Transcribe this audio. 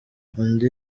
undi